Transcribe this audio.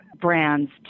brands